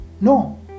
No